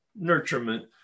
nurturement